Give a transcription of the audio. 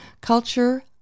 culture